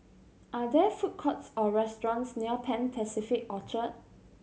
are there food courts or restaurants near Pan Pacific Orchard